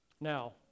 Now